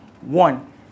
one